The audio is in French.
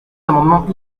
amendements